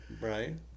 Right